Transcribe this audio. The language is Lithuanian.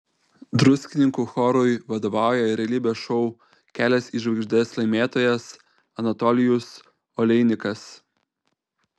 druskininkų chorui vadovauja realybės šou kelias į žvaigždes laimėtojas anatolijus oleinikas